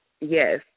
yes